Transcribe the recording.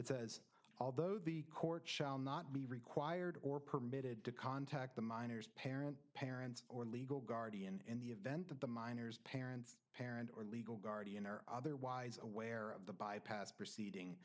it says although the court shall not be required or permitted to contact the miners parent parent or legal guardian in the event that the minors parents parent or legal guardian or otherwise aware of the bypass proceed